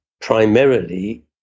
primarily